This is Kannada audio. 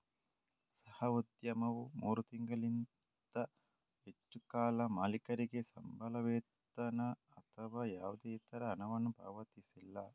ಸಾಹಸೋದ್ಯಮವು ಮೂರು ತಿಂಗಳಿಗಿಂತ ಹೆಚ್ಚು ಕಾಲ ಮಾಲೀಕರಿಗೆ ಸಂಬಳ, ವೇತನ ಅಥವಾ ಯಾವುದೇ ಇತರ ಹಣವನ್ನು ಪಾವತಿಸಿಲ್ಲ